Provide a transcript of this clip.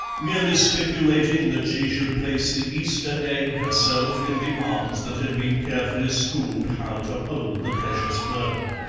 merely stipulating that she should place the easter egg herself in the arms that had been carefully schooled how to hold the precious burden.